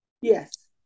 Yes